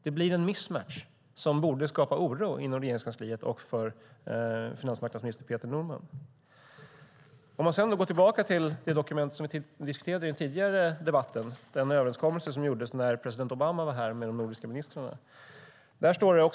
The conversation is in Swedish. Det blir en missmatchning som borde skapa oro inom Regeringskansliet och för finansmarknadsminister Peter Norman. Jag ska gå tillbaka till det dokument som vi diskuterade i den tidigare debatten, den överenskommelse som gjordes mellan de nordiska ministrarna när president Obama var här.